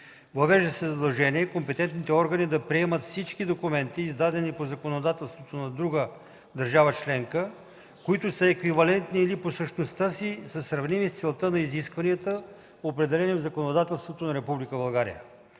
Въвежда се задължение компетентните органи да приемат всички документи, издадени по законодателството на друга държава членка, които са еквивалентни или по същността си са сравними с целта на изискванията, определени в законодателството на